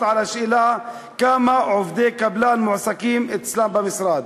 על השאלה כמה עובדי קבלן מועסקים אצלם במשרד.